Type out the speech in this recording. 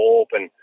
open